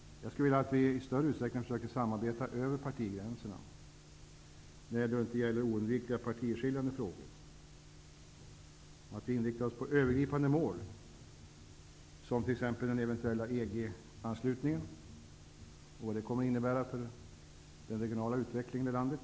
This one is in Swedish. Jag skulle vilja att vi i större utsträckning försökte samarbeta över partigränserna, när det inte gäller oundvikligen partiskiljande frågor, och att vi inriktade oss på övergripande mål, som t.ex. vad den eventuella EG-anslutningen kommer att innebära för den regionala utvecklingen i landet.